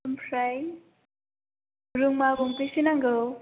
ओमफ्राय रुमआ गंबेसे नांगौ